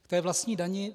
K té vlastní dani.